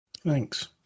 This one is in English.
Thanks